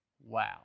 Wow